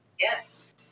Yes